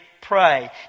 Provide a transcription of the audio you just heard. pray